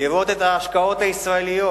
לראות את ההשקעות הישראליות,